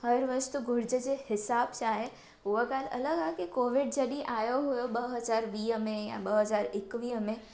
हर वस्तू घुर्ज जे हिसाब सां आहे उहा ॻाल्हि अलॻि आहे की कोविड जॾहिं आयो हुयो ॿ हज़ार वीह में या ॿ हज़ार एकवीह में